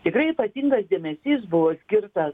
tikrai ypatingas dėmesys buvo skirtas